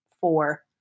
four